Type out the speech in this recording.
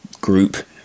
group